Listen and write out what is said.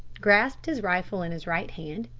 grasped his rifle in his right hand,